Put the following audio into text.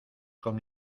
con